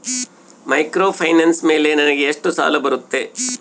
Microfinance ಮೇಲೆ ನನಗೆ ಎಷ್ಟು ಸಾಲ ಬರುತ್ತೆ?